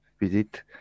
visit